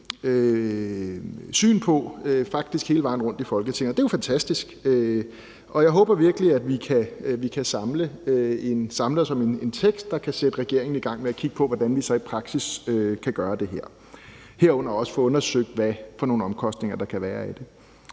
syn på faktisk hele vejen rundt i Folketinget, og det er jo fantastisk. Jeg håber virkelig, at vi kan samle os om en tekst, der kan sætte regeringen i gang med at kigge på, hvordan vi rent faktisk kan gøre det her, herunder også få undersøgt, hvad for nogle omkostninger der kan være forbundet